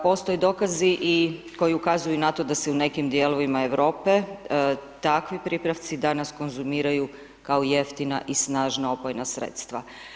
Postoje dokazi i koji ukazuju na to da se u dijelovima Europe takvi pripravci danas konzumiraju kao jeftina i snažna opojna sredstva.